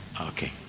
Okay